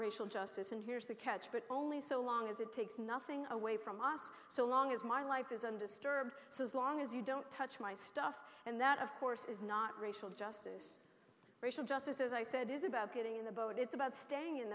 racial justice and here's the catch but only so long as it takes nothing away from us so long as my life is undisturbed so as long as you don't touch my stuff and that of course is not racial justice racial justice as i said is about getting in the boat it's about staying in